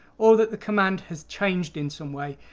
or that the command has changed in some way.